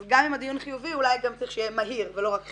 אז גם אם הדיון חיובי אולי גם צריך שיהיה מהיר ולא רק חיובי.